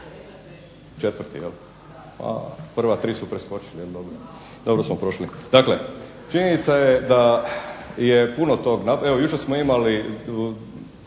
Četvrti, jel. Prva tri su preskočili ali dobro, dobro smo prošli. Dakle, činjenica je da je puno tog napravljeno. Evo jučer smo imali